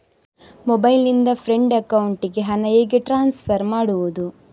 Mobile ನಿಂದ friend ಅಕೌಂಟಿಗೆ ಹಣ ಹೇಗೆ ಟ್ರಾನ್ಸ್ಫರ್ ಮಾಡುವುದು?